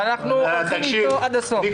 אבל אנחנו הולכים איתו עד הסוף.